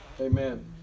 Amen